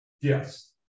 Yes